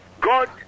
God